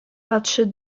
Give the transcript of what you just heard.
patrzy